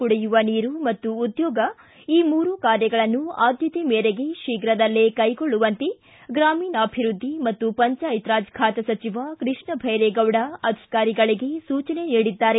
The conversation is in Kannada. ಕುಡಿಯುವ ನೀರು ಮತ್ತು ಉದ್ದೋಗ ಈ ಮೂರು ಕಾರ್ಯಗಳನ್ನು ಆದ್ದತೆ ಮೇರೆಗೆ ಶೀಘದಲ್ಲಿ ಕೈಗೊಳ್ಳುವಂತೆ ಗ್ರಾಮೀಣಾಭಿವ್ದದ್ದಿ ಮತ್ತು ಪಂಚಾಯತ್ ರಾಜ್ ಖಾತೆ ಸಚಿವ ಕೃಷ್ಣ ಬೈರೇಗೌಡ ಅಧಿಕಾರಿಗಳಿಗೆ ಸೂಚನೆ ನೀಡಿದ್ದಾರೆ